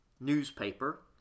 Newspaper